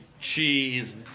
cheese